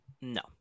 No